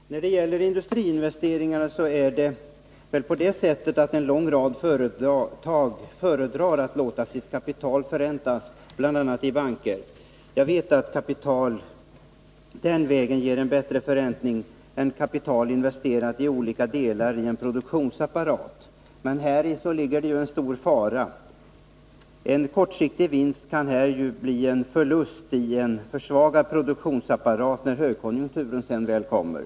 Herr talman! När det gäller industriinvesteringarna föredrar väl en lång rad företag att låta sitt kapital förräntas, bl.a. i banker. Jag vet att kapital den vägen många gånger ger en bättre förräntning än kapital investerat i olika delar av produktionsapparaten. Men häri ligger en stor fara. En kortsiktig vinst kan nämligen bli en förlust i en försvagad produktionsapparat när högkonjunkturen väl kommer.